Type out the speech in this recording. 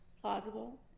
plausible